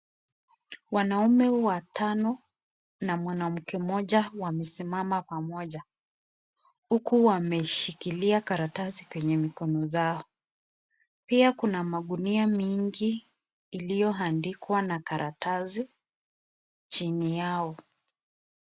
Wanaume watano na mwanamke mmoja wamesimama pamoja huku wameshikilia karatasi kwenye mikono zao, pia kuna magunia mingi iliyoandikwa na karatasi chini yao.